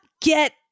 get